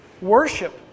worship